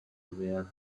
were